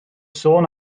sôn